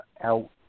out